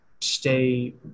stay